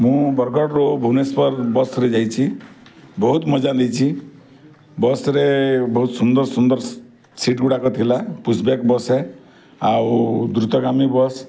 ମୁଁ ବରଗଡ଼ରୁ ଭୁବନେଶ୍ବର ବସ୍ ରେ ଯାଇଛି ବହୁତ ମଜା ନେଇଛି ବସ୍ ରେ ବହୁତ ସୁନ୍ଦର ସୁନ୍ଦର ସି ସିଟ୍ ଗୁଡ଼ାକ ଥିଲା ପୁସବ୍ୟାକ୍ ବସେ ଆଉ ଦୃତଗାମୀ ବସ୍